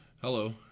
hello